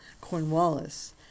Cornwallis